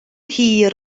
hir